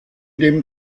dem